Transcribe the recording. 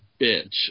bitch